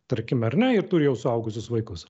tarkime ar na ir turi jau suaugusius vaikus